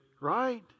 Right